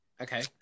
okay